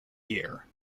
year